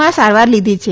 માં સારવાર લીધી છે